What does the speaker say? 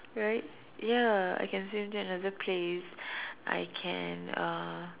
right ya I can swim to another place I can uh